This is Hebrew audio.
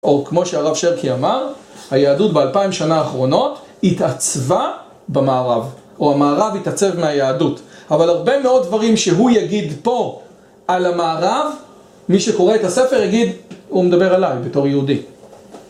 או כמו שהרב שרקי אמר, היהדות באלפיים שנה האחרונות התעצבה במערב, או המערב התעצב מהיהדות, אבל הרבה מאוד דברים שהוא יגיד פה על המערב, מי שקורא את הספר יגיד, הוא מדבר עליי בתור יהודי.